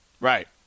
Right